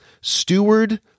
steward